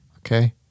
okay